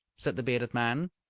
said the bearded man.